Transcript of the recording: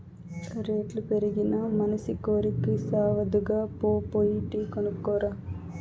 రేట్లు పెరిగినా మనసి కోరికి సావదుగా, పో పోయి టీ కొనుక్కు రా